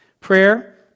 Prayer